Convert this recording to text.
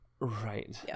Right